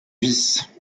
vices